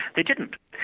they didn't.